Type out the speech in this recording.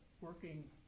working